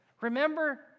remember